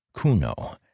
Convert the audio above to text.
Kuno